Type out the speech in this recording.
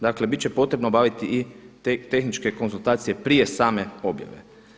Dakle bit će potrebno obaviti i tehničke konzultacije prije same objave.